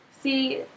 See